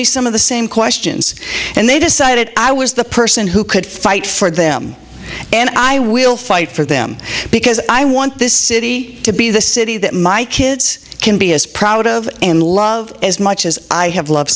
me some of the same questions and they decided i was the person who could fight for them and i will fight for them because i want this city to be the city that my kids can be as proud of and love as much as i have love